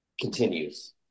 continues